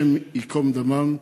השם ייקום דמם.